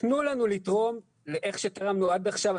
להמשיך לתרום כמו שתרמנו עד עכשיו.